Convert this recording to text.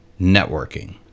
networking